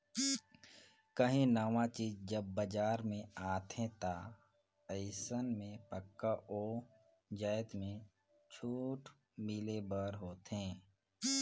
काहीं नावा चीज जब बजार में आथे ता अइसन में पक्का ओ जाएत में छूट मिले बर होथे